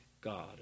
God